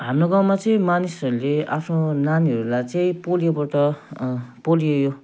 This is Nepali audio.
हाम्रो गाउँमा चाहिँ मानिसहरूले आफ्नो नानीहरूलाई चाहिँ पोलियोबाट पोलियो